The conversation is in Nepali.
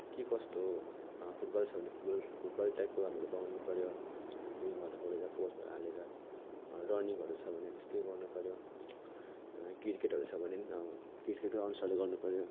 के कस्तो फुटबल छ भने फुटबल फुटबल टाइपको हामीले बनाउनु पऱ्यो रिङहरू कोरेर पोलहरू हालेर रनिङहरू छ भने त्यस्तै गर्नु पऱ्यो किर्केटहरू छ भने पनि किर्केटकै अनुसारले गर्नु पऱ्यो